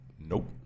Nope